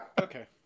Okay